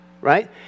Right